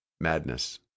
madness